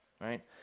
right